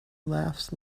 laughs